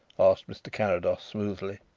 asked mr. carrados smoothly.